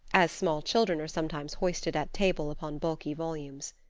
as small children are sometimes hoisted at table upon bulky volumes.